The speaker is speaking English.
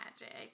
magic